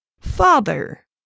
Father